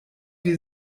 wir